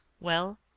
Well